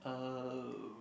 uh